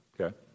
okay